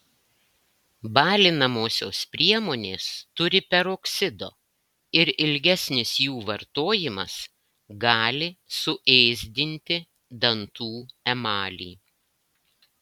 balinamosios priemonės turi peroksido ir ilgesnis jų vartojimas gali suėsdinti dantų emalį